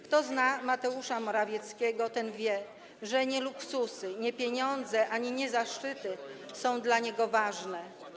Kto zna Mateusza Morawieckiego, ten wie, że nie luksusy, nie pieniądze ani nie zaszczyty są dla niego ważne.